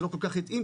זה לא כל כך התאים,